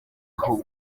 aho